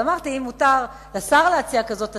אבל אמרתי, אם מותר לשר להציע כזאת הצעה,